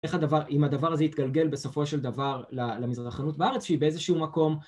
איך הדבר, אם הדבר הזה יתגלגל בסופו של דבר למזרחנות בארץ, שהיא באיזשהו מקום.